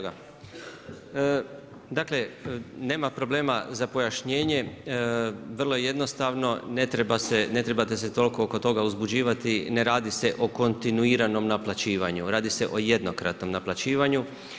Dakle nema problema za pojašnjenje, vrlo je jednostavno ne trebate se toliko oko toga uzbuđivati, ne radi se o kontinuiranom naplaćivanju, radi se o jednokratnom naplaćivanju.